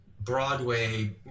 Broadway